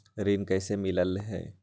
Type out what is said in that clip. ऋण कईसे मिलल ले?